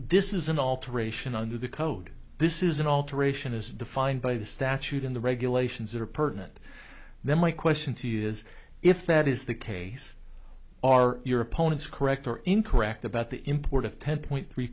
this is an alteration under the code this is an alteration as defined by the statute in the regulations that are pertinent then my question to you is if that is the case are your opponents correct or incorrect about the import of ten point three